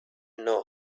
know